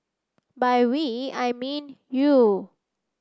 by we I mean you